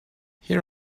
here